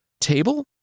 table